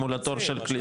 מול התור של קליטה.